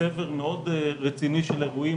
לצבר מאוד רציני של אירועים,